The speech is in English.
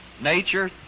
nature